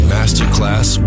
Masterclass